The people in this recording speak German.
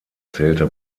zählte